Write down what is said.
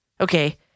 Okay